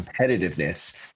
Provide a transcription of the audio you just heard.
competitiveness